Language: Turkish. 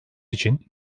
için